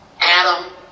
Adam